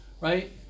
right